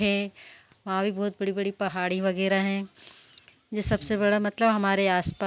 और सबसे एक खूबी बात जे रहती है कि जो पक्षियाँ जो रहते हैं न देखने में तो बहुत सुन्दर लगते हैं